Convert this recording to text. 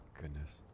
goodness